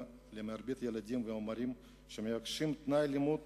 למרבית הילדים והמורים שמבקשים תנאי לימוד